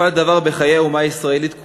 נפל דבר בחיי האומה הישראלית כולה,